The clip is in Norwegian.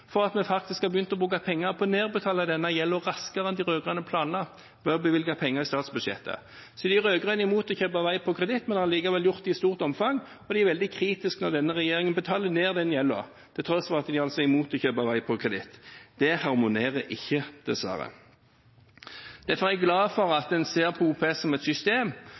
for at vi faktisk har begynt å bruke penger på å nedbetale denne gjelden raskere enn de rød-grønne planla ved å bevilge penger over statsbudsjettet. Så de rød-grønne er imot å kjøpe vei på kreditt, men har likevel gjort det i stort omfang. De er veldig kritiske når denne regjeringen betaler ned den gjelden, til tross for at de altså er imot å kjøpe vei på kreditt. Det harmonerer dessverre ikke. Derfor er jeg glad for at man ser på OPS som et system.